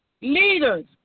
Leaders